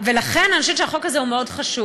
ולכן, אני חושבת שהחוק הזה מאוד חשוב.